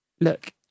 look